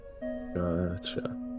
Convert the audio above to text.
Gotcha